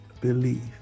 believe